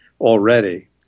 already